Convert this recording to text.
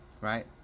right